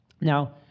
Now